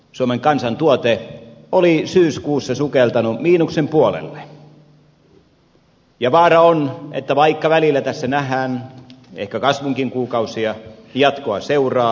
suomen kansantuote oli syyskuussa sukeltanut miinuksen puolelle ja vaara on että vaikka välillä tässä nähdään ehkä kasvunkin kuukausia jatkoa seuraa